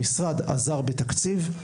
המשרד עזר בתקציב,